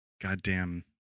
goddamn